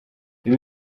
ibi